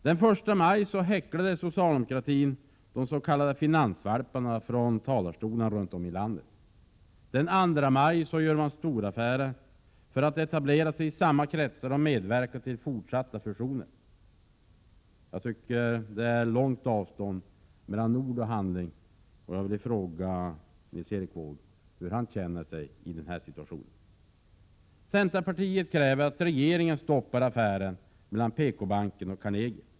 Den 1 maj häcklade socialdemokratin från talarstolar runt om i landet de s.k. finansvalparna. Den 2 maj gör socialdemokraterna storaffärer för att etablera sig i samma kretsar och medverka till fortsatta fusioner. Jag tycker att avståndet mellan ord och handling är långt, och jag vill fråga Nils Erik Wååg hur han känner sig i den här situationen. Centerpartiet kräver att regeringen stoppar affären mellan PK-banken och Carnegie.